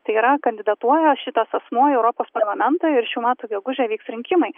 tai yra kandidatuoja šitas asmuo į europos parlamentą ir šių metų gegužę vyks rinkimai